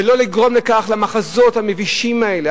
ולא לגרום למחזות המבישים האלה,